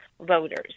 voters